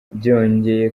byongeye